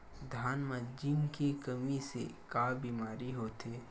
धान म जिंक के कमी से का बीमारी होथे?